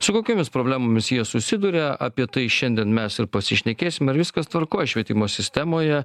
su kokiomis problemomis jie susiduria apie tai šiandien mes ir pasišnekėsim ar viskas tvarkoj švietimo sistemoje